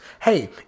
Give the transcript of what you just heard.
hey